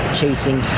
chasing